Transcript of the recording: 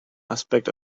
aspekt